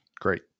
Great